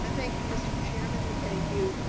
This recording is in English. ah thank you mr. chairman, and thank you